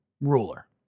ruler